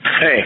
Hey